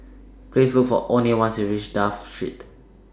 Please Look For Oney when YOU REACH Dafne Street